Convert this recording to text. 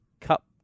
Cup